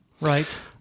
Right